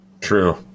True